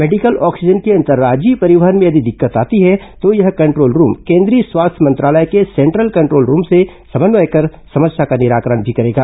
medical oxygen के अंतर्राज्यीय परिवहन में यदि दिक्कत आती है तो यह कंट्रोल रूम केन्द्रीय स्वास्थ्य मंत्रालय के सेंट्रल कंट्रोल रूम से समन्वय कर समस्या का निराकरण भी करेगा